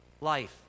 Life